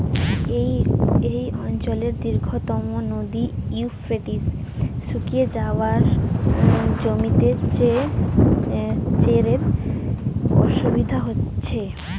এই অঞ্চলের দীর্ঘতম নদী ইউফ্রেটিস শুকিয়ে যাওয়ায় জমিতে সেচের অসুবিধে হচ্ছে